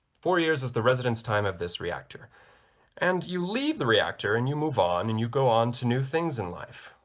four years is the residence time of this reactor and you leave the reactor and you move on and you go on to new things in life.